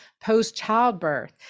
post-childbirth